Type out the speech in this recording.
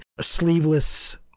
sleeveless